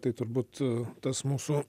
tai turbūt tas mūsų